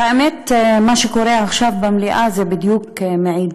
האמת, מה שקורה עכשיו במליאה זה בדיוק מעיד,